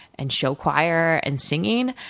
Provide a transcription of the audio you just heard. and show choir, and singing,